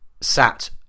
...sat